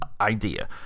idea